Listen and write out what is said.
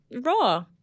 Raw